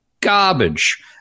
garbage